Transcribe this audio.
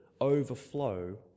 overflow